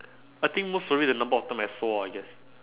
I think most probably the number of time I swore I guess